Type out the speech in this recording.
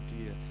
idea